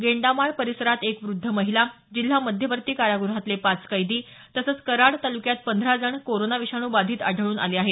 गेंडामाळ परिसरात एक व्रद्ध महिला जिल्हा मध्यवर्ती कारागृहात पाच कैदी तसंच कराड तालुक्यात पंधरा जण कोरोना विषाणू बाधित आढळून आले आहेत